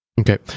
Okay